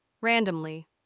randomly